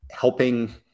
helping